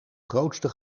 grootste